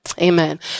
Amen